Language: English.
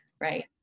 Right